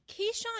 Keyshawn